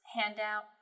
handout